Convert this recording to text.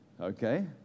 Okay